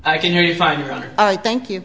i can hear you fine thank you